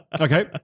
Okay